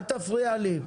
אל תפריע לי.